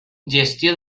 gestió